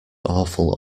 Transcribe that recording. awful